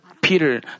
Peter